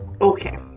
Okay